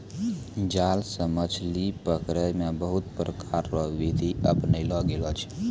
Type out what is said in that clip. जाल से मछली पकड़ै मे बहुत प्रकार रो बिधि अपनैलो गेलो छै